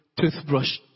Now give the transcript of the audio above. toothbrush